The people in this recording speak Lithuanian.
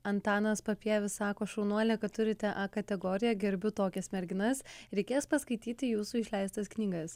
antanas papievis sako šaunuolė kad turite a kategoriją gerbiu tokias merginas reikės paskaityti jūsų išleistas knygas